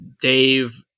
Dave